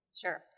sure